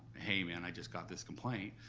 hey, man, i just got this complaint.